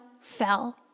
fell